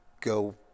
go